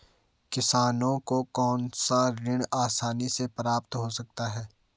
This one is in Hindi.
किसानों को कौनसा ऋण आसानी से प्राप्त हो सकता है?